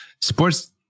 sports